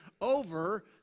over